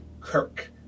Kirk